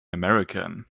american